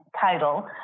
title